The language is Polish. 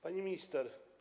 Pani Minister!